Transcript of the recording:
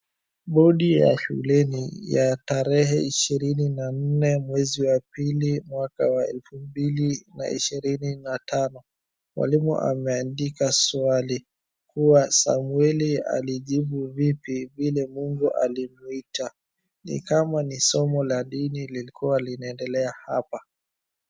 Bodi ya shuleni ya tarehe isihirini na nne mwezi wa pili, mwaka wa elfu mbili ishirini na tano, mwalimu ameandika swali, kuwa, 'Samueli alijibu vipi vile Mungu alimuita?'. Ni kama misomo la dini lilikuwa linaendelea hapa".